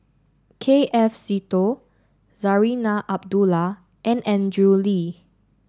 K F Seetoh Zarinah Abdullah and Andrew Lee